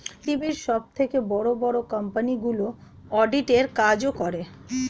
পৃথিবীর সবথেকে বড় বড় কোম্পানিগুলো অডিট এর কাজও করে